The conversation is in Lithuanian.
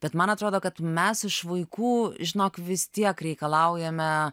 bet man atrodo kad mes iš vaikų žinok vis tiek reikalaujame